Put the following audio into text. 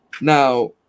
Now